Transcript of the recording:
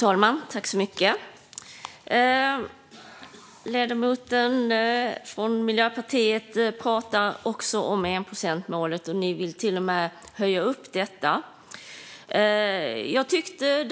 Fru talman! Ledamoten från Miljöpartiet pratar om enprocentsmålet, som man till och med vill höja. Jag tyckte